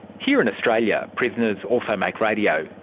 here in australia prisoners also make radio,